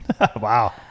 wow